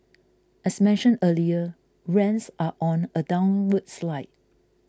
as mentioned earlier rents are on a downward slide